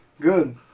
Good